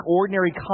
ordinary